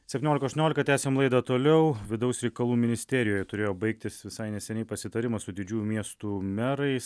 septyniolika aštuoniolika tęsiam laidą toliau vidaus reikalų ministerijoje turėjo baigtis visai neseniai pasitarimo su didžiųjų miestų merais